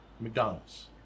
McDonald's